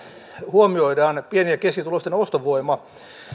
huomioidaan pieni ja keskituloisten ostovoima